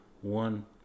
one